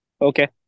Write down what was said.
Okay